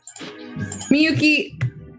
Miyuki